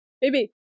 Baby